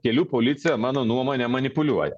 kelių policija mano nuomone manipuliuoja